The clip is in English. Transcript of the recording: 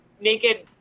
naked